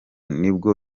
nibwo